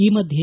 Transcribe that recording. ಈ ಮಧ್ಯೆ